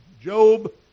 Job